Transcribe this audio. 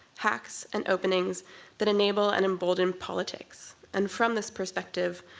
hacks, and openings that enable and embolden politics. and from this perspective,